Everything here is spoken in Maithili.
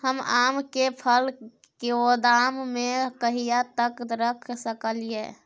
हम आम के फल गोदाम में कहिया तक रख सकलियै?